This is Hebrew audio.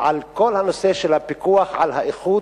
בכל הנושא של הפיקוח על האיכות,